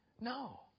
No